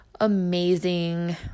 amazing